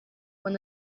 when